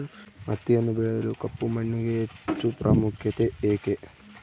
ಹತ್ತಿಯನ್ನು ಬೆಳೆಯಲು ಕಪ್ಪು ಮಣ್ಣಿಗೆ ಹೆಚ್ಚು ಪ್ರಾಮುಖ್ಯತೆ ಏಕೆ?